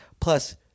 Plus